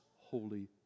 holy